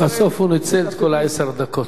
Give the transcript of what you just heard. בסוף הוא ניצל את כל עשר הדקות.